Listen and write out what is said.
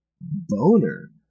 Boner